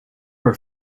her